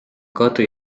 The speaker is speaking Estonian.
kadri